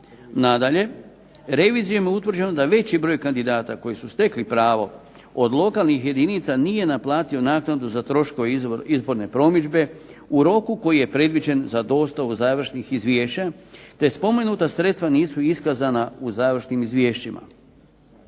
Nadalje, revizijom je utvrđeno da veći broj kandidata koji su stekli pravo od lokalnih jedinca nije naplatio naknadu za troškove izborne promidžbe u roku koji je predviđen za dostavu završih izvješća te spomenuta sredstva nisu iskazana u završnim izvješćima.